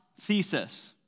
thesis